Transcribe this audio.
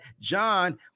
John